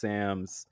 Sam's